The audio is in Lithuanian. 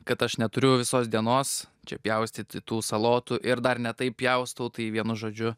kad aš neturiu visos dienos čia pjaustyti tų salotų ir dar ne taip pjaustau tai vienu žodžiu